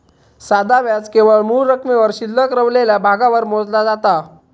साधा व्याज केवळ मूळ रकमेवर शिल्लक रवलेल्या भागावर मोजला जाता